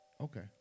Okay